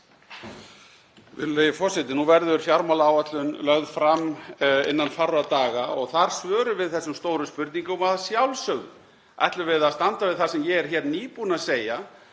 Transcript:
Virðulegi forseti. Nú verður fjármálaáætlun lögð fram innan fárra daga og þar svörum við þessum stóru spurningum og að sjálfsögðu ætlum við að standa við það sem ég er nýbúinn að segja,